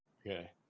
Okay